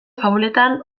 fabuletan